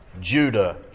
Judah